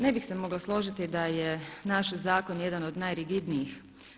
Ne bih se mogla složiti da je naš zakon jedan od najrigidnijih.